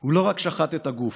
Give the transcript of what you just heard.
"הוא לא רק שחט את הגוף,